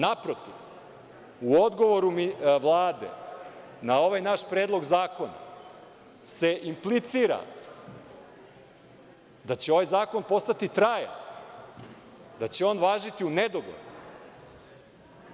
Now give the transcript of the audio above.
Naprotiv, u odgovoru Vlade na ovaj naš predlog zakona se inplicira da će ovaj zakon postati trajan, da će on važiti u nedogled,